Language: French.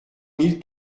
mille